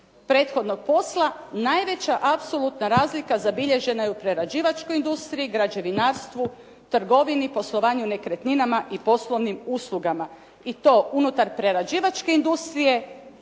prethodnog posla najveća apsolutna razlika zabilježena je u prerađivačkoj industriji, građevinarstvu, trgovini, poslovanju nekretninama i poslovnim uslugama i to unutar prerađivačke industrije,